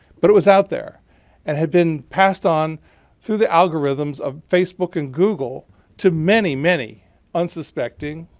but it was out there and had been passed on through the algorithms of facebook and google to many, many unsuspecting